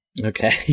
Okay